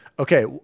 Okay